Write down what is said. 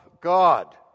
God